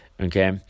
okay